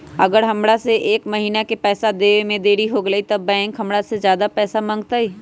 अगर हमरा से एक महीना के पैसा देवे में देरी होगलइ तब बैंक हमरा से ज्यादा पैसा मंगतइ?